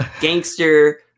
gangster